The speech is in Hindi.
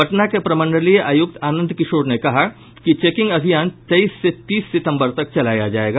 पटना के प्रमंडलीय आयुक्त आनंद किशोर ने कहा कि चेकिंग अभियान तेईस से तीस सितंबर तक चलाया जायेगा